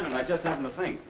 and i just happened to think.